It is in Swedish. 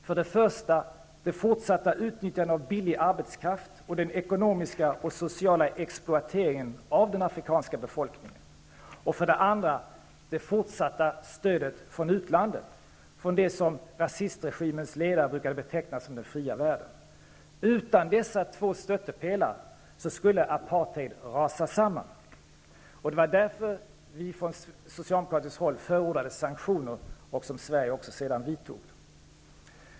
För det första: det fortsatta utnyttjandet av billig arbetskraft och den ekonomiska och sociala exploateringen av den afrikanska befolkningen. För det andra: det fortsatta stödet från utlandet, från det som rasistregimens ledare brukade beteckna som den fria världen. Utan dessa två stöttepelare skulle apartheid rasa samman, och det var därför vi från socialdemokratiskt håll förordade sanktioner, vilket Sverige sedan också vidtog.